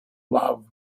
love